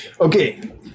Okay